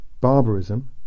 Barbarism